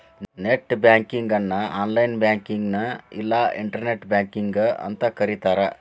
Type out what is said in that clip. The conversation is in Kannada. ನೆಟ್ ಬ್ಯಾಂಕಿಂಗ್ ಅನ್ನು ಆನ್ಲೈನ್ ಬ್ಯಾಂಕಿಂಗ್ನ ಇಲ್ಲಾ ಇಂಟರ್ನೆಟ್ ಬ್ಯಾಂಕಿಂಗ್ ಅಂತೂ ಕರಿತಾರ